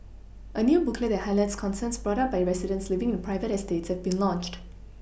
a new booklet that highlights concerns brought up by residents living in private eStates has been launched